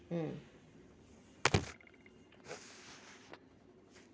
mm